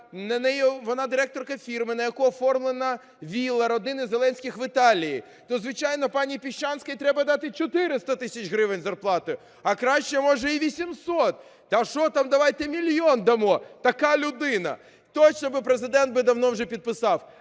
вона директорка фірми, на яку оформлена вілла родини Зеленських в Італії. То, звичайно, пані Піщанській треба дати 400 тисяч гривень зарплати, а краще, може, і 800. Та що там, давайте мільйон дамо, така людина. Точно би Президент би давно вже підписав.